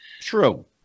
True